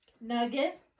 Nugget